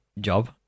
job